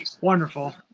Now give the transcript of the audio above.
wonderful